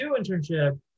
internship